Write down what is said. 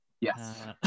yes